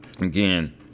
again